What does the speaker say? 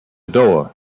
door